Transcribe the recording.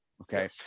okay